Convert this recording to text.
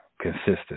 consistent